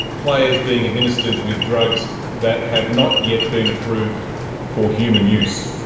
players being administered with drugs that have not yet been approved for human use.